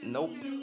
Nope